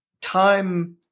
time